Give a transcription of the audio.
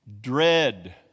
dread